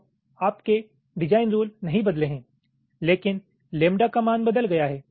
तो आपके design rule नहीं बदले हैं लेकिन लैम्बडा का मान बदल गया है